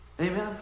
Amen